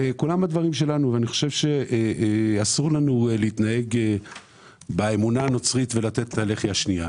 אני חושב שאסור לנו להתנהג לפי האמונה הנוצרית ולתת את הלחי השנייה.